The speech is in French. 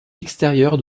extérieure